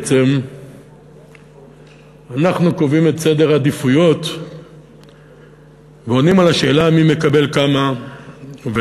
בעצם אנחנו קובעים את סדר העדיפויות ועונים על השאלה מי מקבל כמה ולמה.